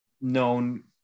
known